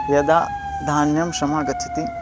यदा धान्यं समागच्छति